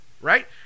Right